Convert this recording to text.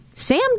Sam